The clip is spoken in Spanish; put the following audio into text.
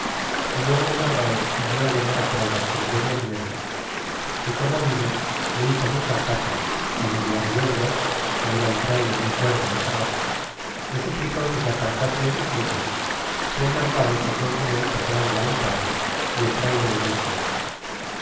y luego el narvaez envió llamar á fray bartolome de olmedo y como vino le hizo mucho acato y medio riendo que era el frayle muy cuerdo y sagaz le suplicó que se apartase en secreto y el narvaez se fué con él paseando á un patio y el frayle le dixo